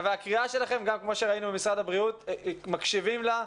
והקריאה שלכם למשרד הבריאות מקשיבים לה.